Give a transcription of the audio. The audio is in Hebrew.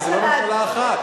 זו לא ממשלה אחת.